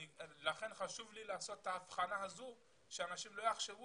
לכן חשוב לי לעשות את ההבחנה הזאת שאנשים לא יחשבו